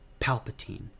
Palpatine